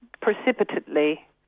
precipitately